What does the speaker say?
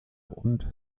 und